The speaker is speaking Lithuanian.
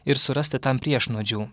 ir surasti tam priešnuodžių